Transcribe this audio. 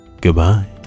Goodbye